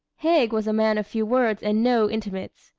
haig was a man of few words and no intimates,